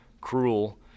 cruel